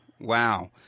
Wow